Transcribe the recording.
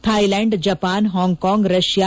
Thailand Japan Hong Kong Russia